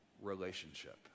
relationship